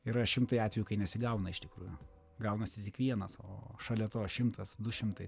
yra šimtai atvejų kai nesigauna iš tikrųjų gaunasi tik vienas o šalia to šimtas du šimtai